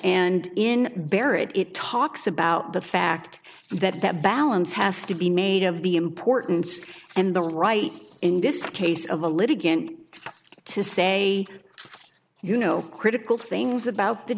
and in barrett it talks about the fact that that balance has to be made of the importance and the right in this case of a litigant to say you know critical things about the